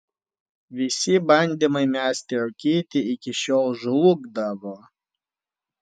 visi bandymai mesti rūkyti iki šiol žlugdavo